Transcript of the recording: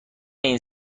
این